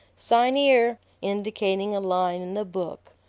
sign ere! indicating a line in the book.